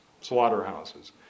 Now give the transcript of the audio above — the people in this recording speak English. slaughterhouses